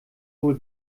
wohl